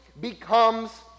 becomes